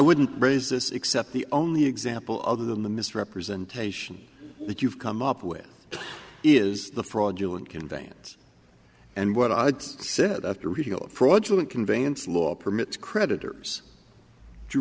wouldn't raise this except the only example other than the misrepresentation that you've come up with is the fraudulent conveyance and what i said after fraudulent conveyance law permits creditors to